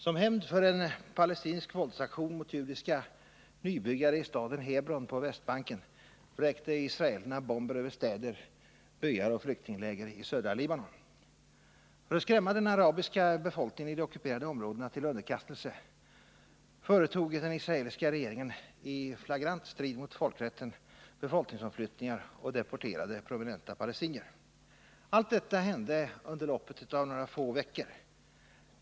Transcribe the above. Som hämnd för en palestinsk våldsaktion mot judiska nybyggare i staden Hebron på Västbanken vräkte israelerna bomber över städer, byar och flyktingläger i södra Libanon. För att skrämma den arabiska befolkningen i de ockuperade områdena till underkastelse företog den israeliska regeringen — i flagrant strid med folkrättsliga regler — befolkningsomflyttningar och deporterade prominenta Allt detta hände under loppet av några veckor.